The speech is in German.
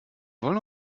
wollen